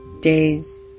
days